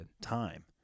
time